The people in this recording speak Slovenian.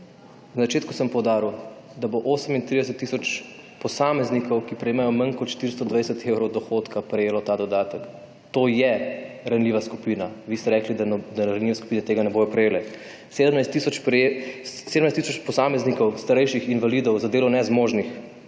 Na začetku sem poudaril, da bo 38 tisoč posameznikov, ki prejemajo manj kot 420 evrov dohodka, prejelo ta dodatek. To je ranljiva skupina, vi ste rekli, da ranljive skupine tega ne bodo prejele. 17 tisoč posameznikov, starejših invalidov, za delo nezmožnih,